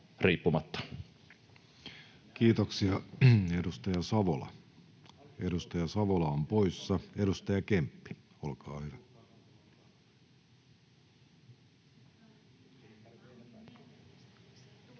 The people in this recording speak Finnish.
Savola, edustaja Savola on poissa. — Edustaja Kemppi, olkaa hyvä. Arvoisa